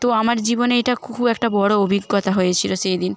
তো আমার জীবনে এটা খুব একটা বড়ো অভিজ্ঞতা হয়েছিলো সেই দিন